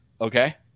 Okay